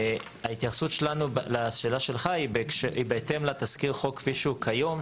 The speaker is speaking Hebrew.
ההתייחסות שלנו לשאלה שלך היא בהתאם לתזכיר חוק כפי שהוא כיום,